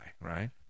right